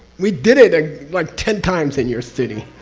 we did it ah like ten times in your city.